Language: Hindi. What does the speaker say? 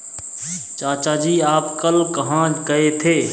चाचा जी आप कल कहां गए थे?